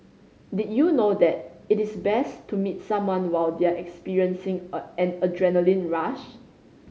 did you know that it is best to meet someone while they are experiencing a an adrenaline rush